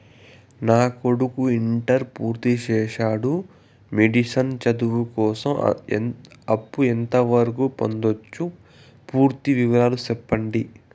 నా కొడుకు ఇంటర్ పూర్తి చేసాడు, మెడిసిన్ చదువు కోసం అప్పు ఎంత వరకు పొందొచ్చు? పూర్తి వివరాలు సెప్పండీ?